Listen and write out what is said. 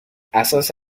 اساس